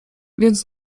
więc